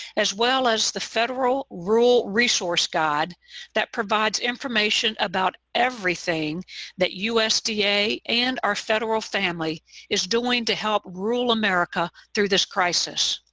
as well as the federal rural resource guide that provides information about everything that usda and our federal family is doing to help rural america through this crisis.